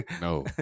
no